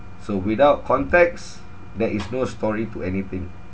so without context there is no story to anything